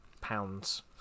pounds